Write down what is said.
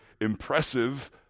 impressive